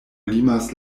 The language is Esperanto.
limas